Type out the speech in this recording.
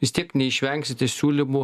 vis tiek neišvengsite siūlymų